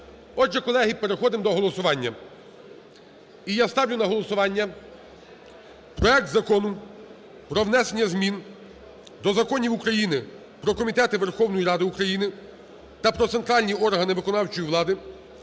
Отже, колеги, переходимо до голосування. І я ставлю на голосування проект Закону про внесення змін до законів України "Про комітети Верховної Ради України" та "Про центральні органи виконавчої влади"